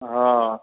हा